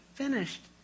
Finished